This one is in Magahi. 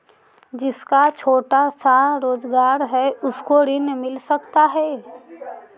जिसका छोटा सा रोजगार है उसको ऋण मिल सकता है?